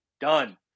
done